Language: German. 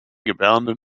gebärenden